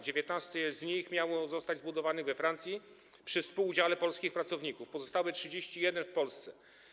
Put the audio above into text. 19 z nich miało zostać zbudowanych we Francji przy współudziale polskich pracowników, pozostałych 31 - w Polsce.